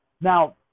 Now